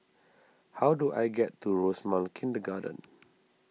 how do I get to Rosemount Kindergarten